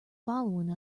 following